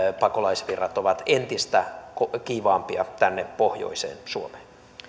pakolaisvirrat olisivat entistä kiivaampia tänne pohjoiseen suomeen